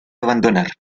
abandonar